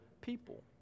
people